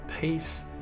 peace